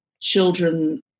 children